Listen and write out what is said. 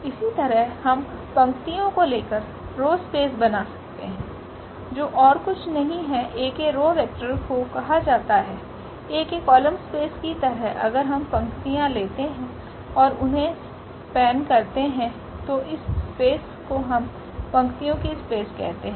इसी तरह हम पंक्तियों को लेकर रो स्पेस बना सकते है जो ओर कुछ नहीं A के रो वेक्टर को कहा जाता है𝐴 केकॉलम स्पेस की तरह अगर हम पंक्तियां लेते हैं और उन्हें स्पेन करते है तो इस स्पेस को हम पंक्तियों की स्पेस कहते है